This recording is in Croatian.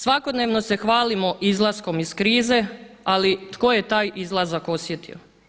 Svakodnevno se hvalimo izlaskom iz krize ali tko je taj izlazak osjetio?